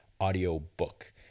audiobook